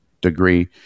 degree